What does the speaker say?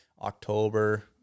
October